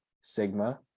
Sigma